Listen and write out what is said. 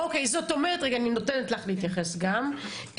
רגע, אני נותנת לך להתייחס גם,